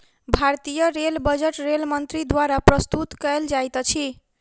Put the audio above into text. भारतीय rail budget rail मंत्री द्वारा प्रस्तुत कयल जाइत अछि